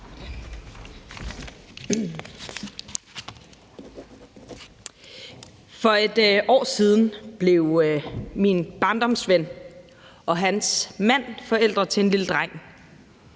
For et år siden blev min barndomsven og hans mand forældre til en lille dreng.